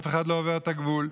אף אחד לא עובר את הגבול.